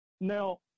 Now